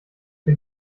für